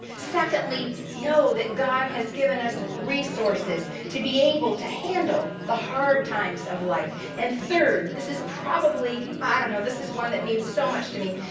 secondly, know that god has given us resources to be able to handle the hard times of life, and third, this is probably, i don't know, this is one that means so much to me.